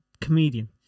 comedian